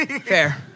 Fair